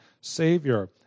Savior